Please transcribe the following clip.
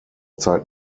zeit